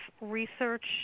research